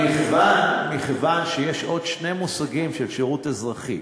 מכיוון שיש עוד שני מושגים, של שירות אזרחי